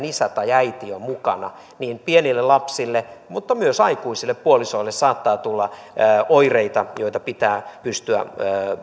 isä tai äiti on mukana siinä samassa operaatiossa pienille lapsille mutta myös aikuisille puolisoille saattaa tulla oireita joita pitää pystyä